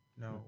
No